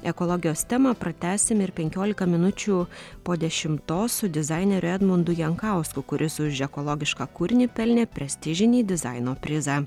ekologijos temą pratęsime ir penkiolika minučių po dešimtos su dizaineriu edmundu jankausku kuris už ekologišką kūrinį pelnė prestižinį dizaino prizą